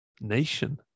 nation